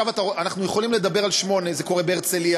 עכשיו אנחנו יכולים לדבר על שמונה זה קורה בהרצליה,